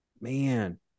man